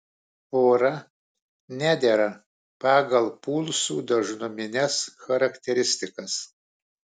pora nedera pagal pulsų dažnumines charakteristikas